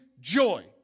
joy